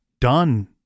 done